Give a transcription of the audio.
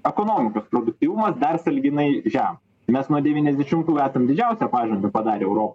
ekonomikos produktyvumas dar sąlyginai žema mes nuo devyniasdešimtų esam didžiausią pažangą padarė euro